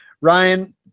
Ryan